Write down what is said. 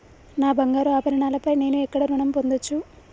నా బంగారు ఆభరణాలపై నేను ఎక్కడ రుణం పొందచ్చు?